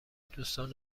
دوستان